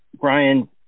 Brian